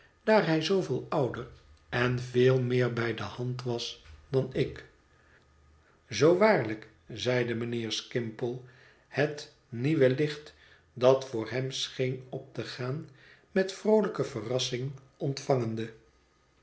hij zooveel ouder en veel meer bij de hand was dan ik zoo waarlijk zeide mijnheer skimpole het nieuwe licht dat voor hem scheen op te gaan met vroolijke verrassing ontvangende